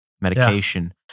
medication